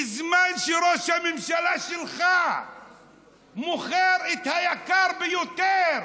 בזמן שראש הממשלה שלך מוכר את היקר ביותר